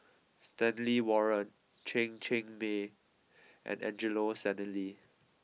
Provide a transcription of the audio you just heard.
Stanley Warren Chen Chen Mei and Angelo Sanelli